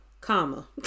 comma